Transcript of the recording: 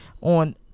on